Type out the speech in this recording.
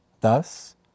Thus